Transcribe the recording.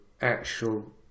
actual